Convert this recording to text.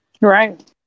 Right